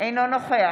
אינו נוכח